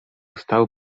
stał